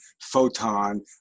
photon